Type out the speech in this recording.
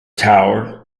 tower